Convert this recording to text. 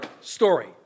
story